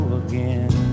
again